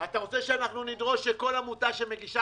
אתה רוצה שנדרוש שכל עמותה שמגישה